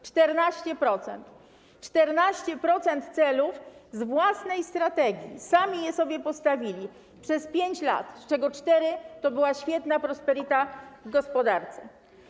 14%. 14% celów z własnej strategii - sami je sobie postawili - przez pięć lat, z czego cztery to była świetna prosperity w gospodarce.